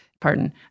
pardon